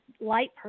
light